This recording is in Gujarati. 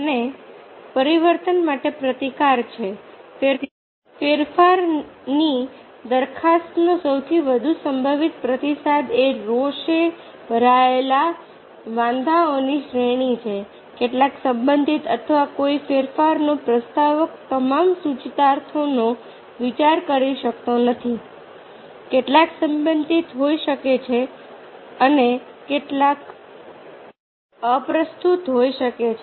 અને પરિવર્તન માટે પ્રતિકાર છે ફેરફારની દરખાસ્તનો સૌથી વધુ સંભવિત પ્રતિસાદ એ રોષે ભરાયેલા વાંધાઓની શ્રેણી છે કેટલાક સંબંધિત અથવા કોઈ ફેરફારનો પ્રસ્તાવક તમામ સૂચિતાર્થોનો વિચાર કરી શકતો નથી કેટલાક સંબંધિત હોઈ શકે છે અને કેટલાક અપ્રસ્તુત હોઈ શકે છે